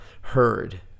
heard